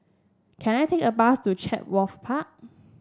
can I take a bus to Chatsworth Park